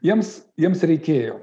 jiems jiems reikėjo